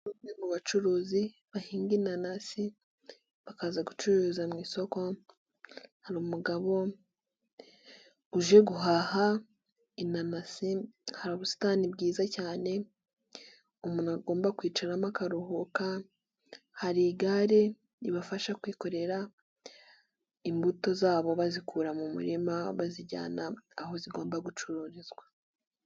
Mu bacuruzi bahinga inanasi bakaza gucuruza mu isoko, hari umugabo uje guhaha inanasi, hari ubusitani bwiza cyane umuntu agomba kwicaramo akaruhuka, hari igare ribafasha kwikorera imbuto zabo bazikura mu murima bazijyana aho zigomba gucururizwa.